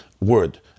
word